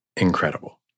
incredible